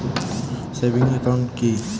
Savings account কি?